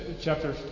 chapter